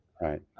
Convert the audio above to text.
Right